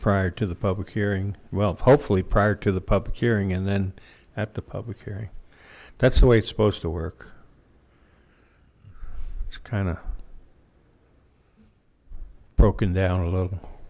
prior to the public hearing well hopefully prior to the public hearing and then at the public hearing that's the way it's supposed to work it's kind of broken down a little